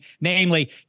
namely